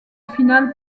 finale